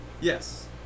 Yes